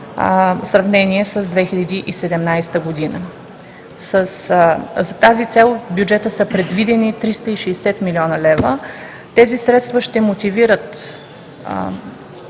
сравнение с 2017 г. За тази цел в бюджета са предвидени 360 млн. лв. Тези средства ще мотивират